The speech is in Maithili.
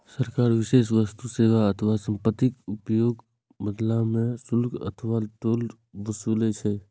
सरकार विशेष वस्तु, सेवा अथवा संपत्तिक उपयोगक बदला मे शुल्क अथवा टोल ओसूलै छै